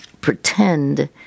pretend